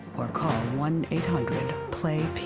or call one eight hundred play pbs.